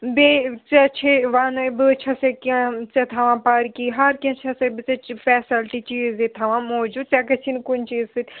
بیٚیہِ ژےٚ چھے وَنَے بہٕ چھَسَے کیٚنٛہہ ژےٚ تھاوان پَرٕگی ہَر کیٚنٛہہ چھَسَے بہٕ ژےٚ فٮ۪سَلٹی چیٖز ییٚتہِ تھاوان موجوٗد ژےٚ گژھی نہٕ کُنہِ چیٖز سۭتۍ